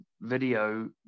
video